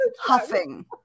huffing